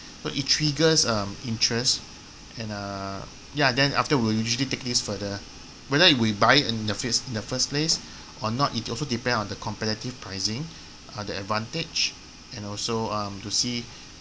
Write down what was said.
so it triggers um interest and err ya then after we will usually take this further whether we buy it in the fir~ in the first place or not it also depends on the competitive pricing uh the advantage and also um to see